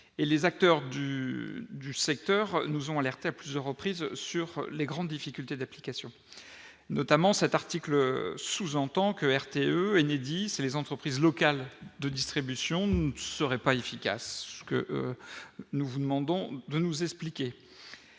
les acteurs du du secteur nous ont alerté à plusieurs reprises sur les grandes difficultés d'application notamment cet article sous-entend que RTE Enedis et les entreprises locales de distribution ne seraient pas efficaces, ce que nous vous demandons de nous expliquer